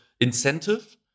incentive